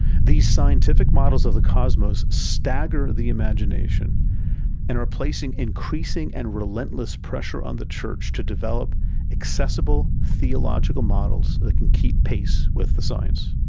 these scientific models of the cosmos stagger the imagination and are placing increasing and relentless pressure on the church to develop accessible theological models that can keep pace with the science.